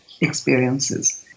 experiences